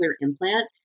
implant